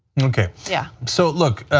okay, yeah so look.